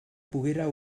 poguera